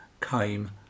came